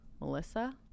Melissa